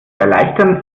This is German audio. erleichtern